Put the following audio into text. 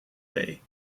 bay